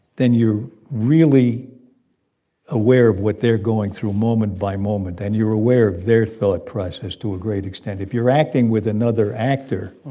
then you're really aware of what they're going through moment by moment, and you're aware of their thought process to a great extent. if you're acting with another actor,